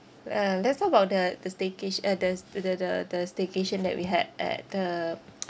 uh let's talk about the the staycat~ uh the s~ the the the staycation that we had at the